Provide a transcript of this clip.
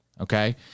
okay